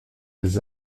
des